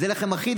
זה לחם אחיד,